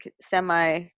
semi